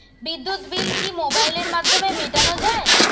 বিদ্যুৎ বিল কি মোবাইলের মাধ্যমে মেটানো য়ায়?